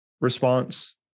response